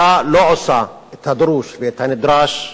העלייה החדה בפיגועי הטרור בעיקר לאחר חטיפת ורצח הנערים